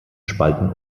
spalten